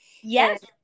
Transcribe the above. yes